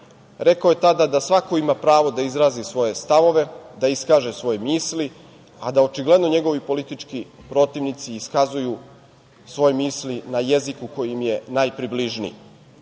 čine. Rekao je tada da svako ima pravo da izrazi svoje stavove, da iskaže svoje misli, a da očigledno njegovi politički protivnici iskazuju svoje misli na jeziku koji im je najpribližniji. On